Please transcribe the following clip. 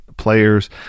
players